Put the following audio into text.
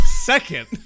Second